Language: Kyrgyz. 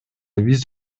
биз